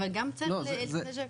אז איפה זה נמצא עכשיו?